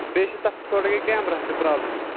بیٚیہِ چھِ تَتھ تھوڑا گٔے کیمرَہس تہِ پرٛابلِم تَتھ